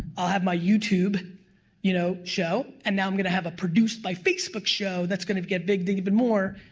i'll have my youtube you know show and now i'm gonna have a produced by facebook show that's gonna get big big even more.